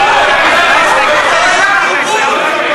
תן לי לדבר.